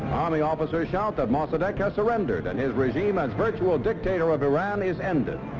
army officers shout that mossadeg has surrendered and his regime as virtual dictator of iran is ended.